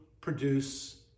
produce